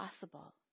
possible